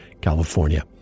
California